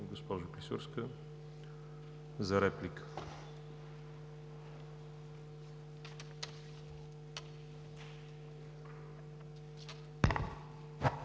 госпожо Клисурска, за реплика.